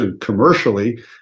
commercially